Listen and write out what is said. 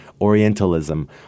Orientalism